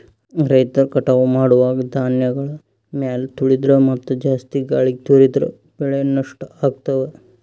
ರೈತರ್ ಕಟಾವ್ ಮಾಡುವಾಗ್ ಧಾನ್ಯಗಳ್ ಮ್ಯಾಲ್ ತುಳಿದ್ರ ಮತ್ತಾ ಜಾಸ್ತಿ ಗಾಳಿಗ್ ತೂರಿದ್ರ ಬೆಳೆ ನಷ್ಟ್ ಆಗ್ತವಾ